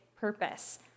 purpose